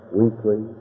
weekly